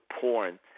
porn